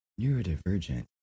neurodivergent